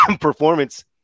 performance